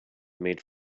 made